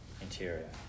interior